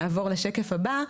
נעבור לשקף הבא.